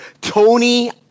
Tony